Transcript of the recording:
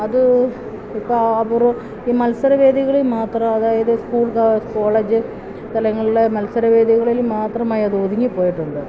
അത് ഇപ്പോള് ഈ മത്സരവേദികളിൽ മാത്രം അതായത് സ്കൂൾ കോളേജ് തലങ്ങളിലെ മത്സരവേദികളിൽ മാത്രമായി അത് ഒതുങ്ങിപ്പോയിട്ടുണ്ട്